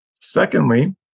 Secondly